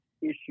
issue